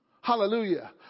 Hallelujah